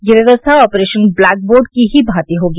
यह व्यवस्था operation blackboard की ही भांति होगी